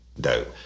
dope